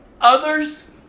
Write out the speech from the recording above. others